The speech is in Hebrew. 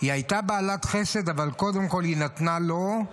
הייתה בעלת חסד, אבל קודם כול היא נתנה לו.